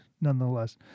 nonetheless